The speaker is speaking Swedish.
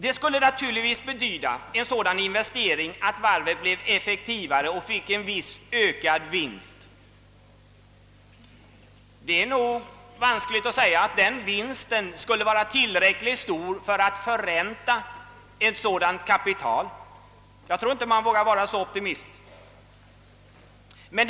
En sådan investering skulle naturligtvis medföra att varvet blev effektivare och gav en viss ökad »vinst». Det är vanskligt att säga om den vinsten skulle bli tillräckligt stor för att förränta sitt kapital — jag tror inte att man vågar vara så optimistisk.